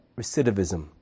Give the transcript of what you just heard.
recidivism